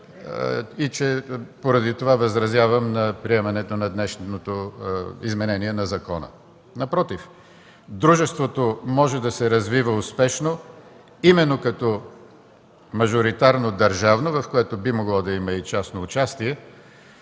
и че поради това възразявам на приемането на днешното изменение на закона. Напротив, дружеството може да се развива успешно именно като мажоритарно държавно, в което би могло да има и частно участие